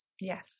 yes